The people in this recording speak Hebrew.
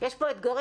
יש פה אתגרים,